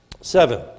Seven